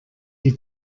die